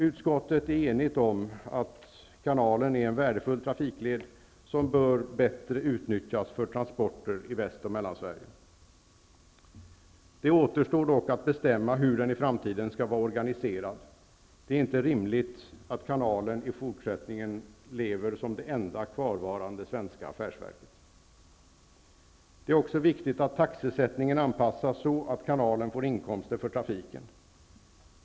Utskottet är enigt om att kanalen är en värdefull trafikled som bör bättre utnyttjas för transporter i Väst och Mellansverige. Det återstår dock att bestämma hur den i framtiden skall vara organiserad. Det är inte rimligt att kanalen i fortsättningen lever som det enda kvarvarande affärsverket. Det är också viktigt att taxesättningen anpassas så att kanalen får inkomster för trafiken.